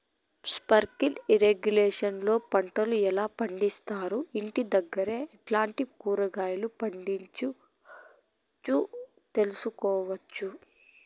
Sprinkle irrigation లో పంటలు ఎలా పండిస్తారు, ఇంటి దగ్గరే ఎట్లాంటి కూరగాయలు పండించు తెలుసుకోవచ్చు?